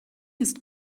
ist